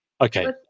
Okay